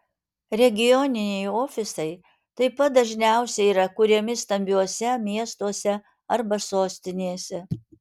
regioniniai ofisai taip pat dažniausiai yra kuriami stambiuose miestuose arba sostinėse